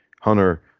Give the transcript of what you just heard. Hunter